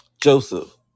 Joseph